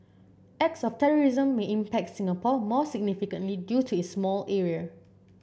acts of terrorism may impact Singapore more significantly due to its small area